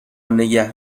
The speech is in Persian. نگه